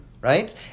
Right